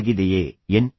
ಆಗಿದೆಯೇ ಎನ್